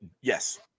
Yes